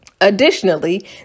Additionally